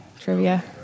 Trivia